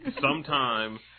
sometime